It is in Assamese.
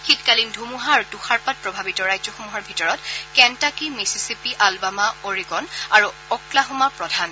শীতকালিন ধুমুহা আৰু তুষাৰপাত প্ৰভাৱিত ৰাজ্যসমূহৰ ভিতৰত কেনটাকি মিচিচিপি আলাবামা অৰেগন আৰু অক্লাহোমা প্ৰধান